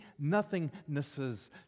nothingnesses